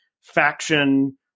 faction